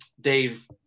Dave